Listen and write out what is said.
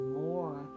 more